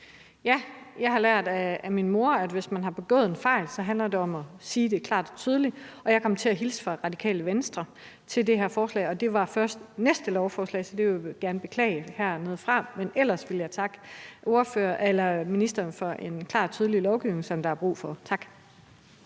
Jeg har lært af min mor, at hvis man har begået en fejl, handler det om at sige det klart og tydeligt. Jeg kom til at hilse fra Radikale Venstre til det her forslag, og det var først næste lovforslag, så det vil jeg gerne beklage herfra. Men ellers vil jeg takke ministeren for en klar og tydelig lovgivning, som der er brug for. Tak.